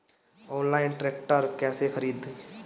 Online tractor कैसे खरदी?